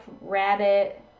rabbit